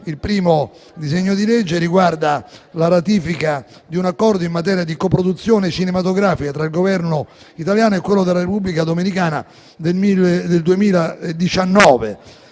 Il primo disegno di legge riguarda la ratifica di un Accordo in materia di co-produzione cinematografica tra il Governo italiano e quello della Repubblica dominicana stipulato